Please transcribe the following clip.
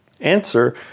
Answer